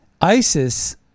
ISIS